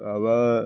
माबा